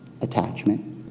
attachment